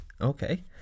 Okay